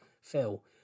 phil